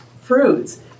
fruits